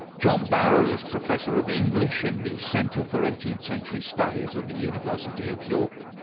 john barrell is professor of english in the centre for eighteenth century studies at the university of york.